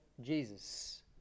Jesus